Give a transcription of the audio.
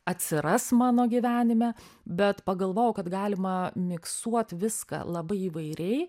atsiras mano gyvenime bet pagalvojau kad galima miksuot viską labai įvairiai